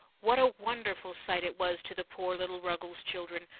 what a wonderful sight it was to the poor little ruggles children,